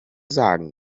sagen